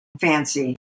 fancy